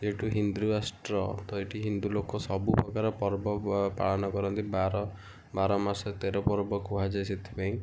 ଯେହେତୁ ହିନ୍ଦୁ ରାଷ୍ଟ୍ର ତ ଏଠି ହିନ୍ଦୁ ଲୋକ ସବୁ ପ୍ରକାର ପର୍ବ ପାଳନ କରନ୍ତି ବାର ବାର ମାସରେ ତେର ପର୍ବ କୁହାଯାଏ ସେଥିପାଇଁ